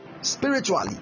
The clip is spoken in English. spiritually